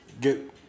get